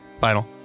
final